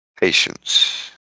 Patience